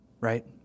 Right